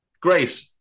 Great